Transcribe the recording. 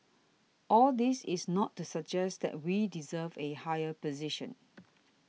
all this is not to suggest that we deserve a higher position